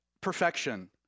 perfection